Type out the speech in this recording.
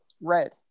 Red